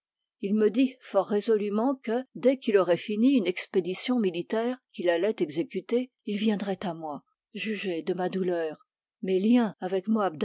il me dit fort résolument que dès qu'il aurait fini une expédition militaire qu'il allait exécuter il viendrait à moi jugez de ma douleur mes liens avec moabdar